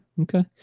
okay